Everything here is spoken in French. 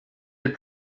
les